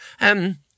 Um